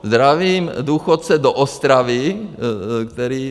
Zdravím důchodce do Ostravy, který...